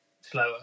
slower